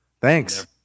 Thanks